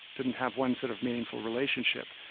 didn't have one sort of meaningful relationship.